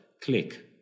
click